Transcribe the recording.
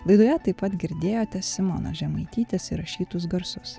laidoje taip pat girdėjote simonos žemaitytės įrašytus garsus